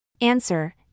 Answer